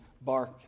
bark